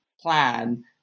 plan